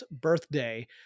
birthday